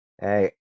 Hey